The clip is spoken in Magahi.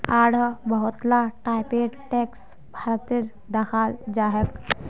आढ़ो बहुत ला टाइपेर टैक्स भारतत दखाल जाछेक